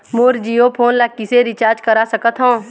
मोर Jio phone ला किसे recharge करा सकत हवं?